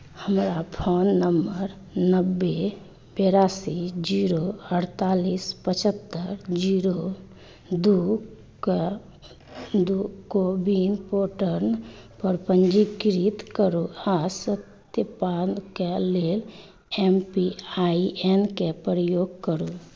हमरा phone number नब्बे बेरासी जीरो अड़तालीस पचहत्तरि जीरो दू को विन पोर्टल पर पंजीकृत करू आ सत्यापनके लेल एम पी आइ एन के प्रयोग करू